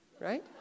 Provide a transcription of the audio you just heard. right